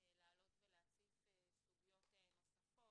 להעלות ולהציף סוגיות נוספות,